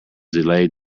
delayed